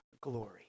glory